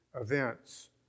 events